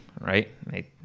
right